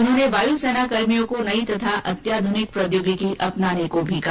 उन्होंने वायु सेनाकर्भियों को नयी तथा अत्याधुनिक प्रौद्योगिकी अपनाने के लिए कहा